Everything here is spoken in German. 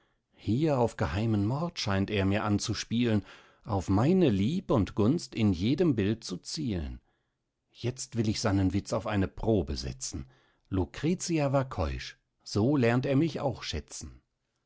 hier auf geheimen mord scheint er mir anzuspielen auf meine lieb und gunst in jedem bild zu zielen jetzt will ich seinen witz auf eine probe setzen lucretia war keusch so lernt er mich auch schätzen